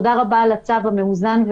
ההצעה של צו איסור הלבנת הון,